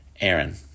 Aaron